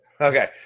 Okay